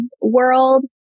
world